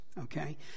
Okay